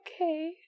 okay